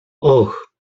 och